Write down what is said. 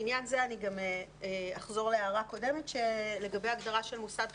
בעניין זה אני גם אחזור להערה קודמת לגבי הגדרה של "מוסד חינוך"